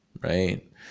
right